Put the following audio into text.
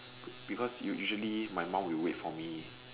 because usually my mum will wait for me